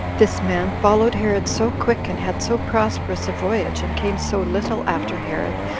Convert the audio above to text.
this man followed herod so quick, and had so prosperous a voyage, and came so little after herod,